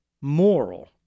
moral